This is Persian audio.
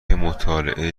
مطالعه